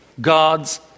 God's